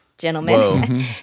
Gentlemen